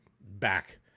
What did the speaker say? Back